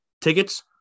Tickets